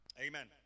Amen